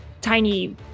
tiny